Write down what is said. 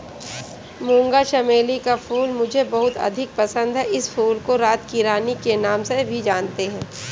मूंगा चमेली का फूल मुझे बहुत अधिक पसंद है इस फूल को रात की रानी के नाम से भी जानते हैं